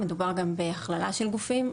מדובר גם בהכללה של גופים.